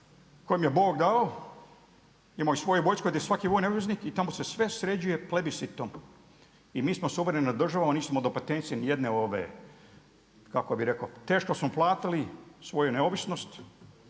koja im je Bog dao, imaju svoju vojsku gdje svak vojni obveznik i tamo se sve sređuje plebiscitom. I mi smo suverena država nismo … nijedne ove kako bi rekao teško smo platili svoju neovisnost